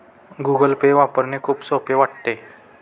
Google Pay वापरणे खूप सोपे वाटते